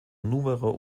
número